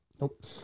nope